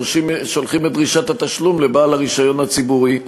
שולחים את דרישת התשלום לבעל הרישיון הציבורי,